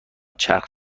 چرخ